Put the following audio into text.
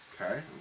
Okay